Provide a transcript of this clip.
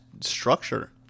structure